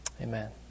Amen